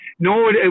No